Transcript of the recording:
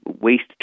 waste